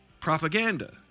Propaganda